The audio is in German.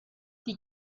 die